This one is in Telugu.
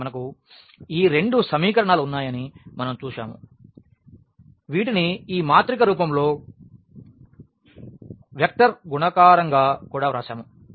కాబట్టి మనకు ఈ రెండు సమీకరణాలు ఉన్నాయని మనం చూశాము వీటిని ఈ మాత్రిక రూపంలో వెక్టర్ గుణకారం గా కూడా వ్రాసాము